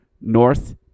North